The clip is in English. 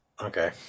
Okay